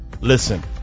Listen